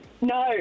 no